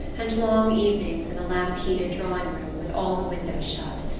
and long evenings in a lamp-heated drawing-room with all the windows shut,